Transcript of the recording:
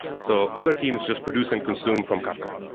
so other teams just product and consume from kafka.